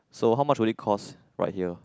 so how much really cost right here